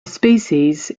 species